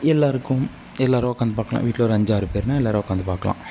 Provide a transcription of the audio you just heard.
எல்லோருக்கும் எல்லாரும் உட்காந்து பார்க்கலாம் வீட்டில் ஒரு அஞ்சு ஆறு பேருன்னா எல்லோரும் உட்காந்து பார்க்கலாம்